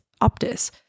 Optus